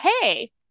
hey